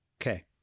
Okay